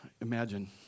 imagine